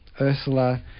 Ursula